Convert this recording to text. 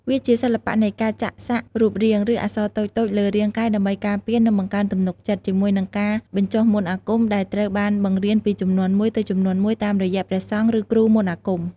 វាជាសិល្បៈនៃការចាក់សាក់រូបរាង ឬអក្សរតូចៗលើរាងកាយ ដើម្បីការពារ និងបង្កើនទំនុកចិត្ត ជាមួយនឹងការបញ្ចុះមន្តអាគមដែលត្រូវបានបង្រៀនពីជំនាន់មួយទៅជំនាន់មួយតាមរយៈព្រះសង្ឃ ឬគ្រូមន្តអាគម។